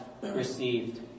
received